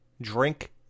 drink